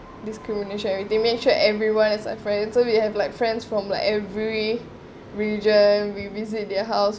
discrimination everything make sure everyone is like friend so we have like friends from like every religion live we visit their house